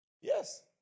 Yes